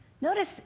Notice